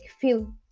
feel